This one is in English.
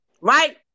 Right